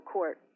Court